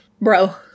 bro